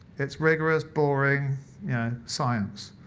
it's rigorous, boring yeah science.